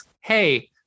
hey